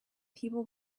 people